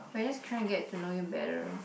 when I just try and get to know you better